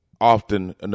often